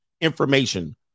information